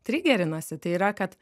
trigerinasi tai yra kad